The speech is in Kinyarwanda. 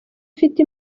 ufite